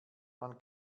man